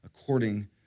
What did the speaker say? according